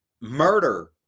murder